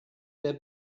der